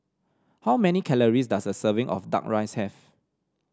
how many calories does a serving of duck rice have